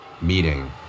meeting